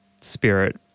spirit